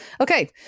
Okay